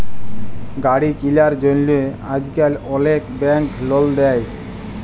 গাড়ি কিলার জ্যনহে আইজকাল অলেক ব্যাংক লল দেই